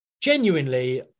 genuinely